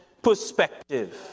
Perspective